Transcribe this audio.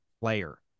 player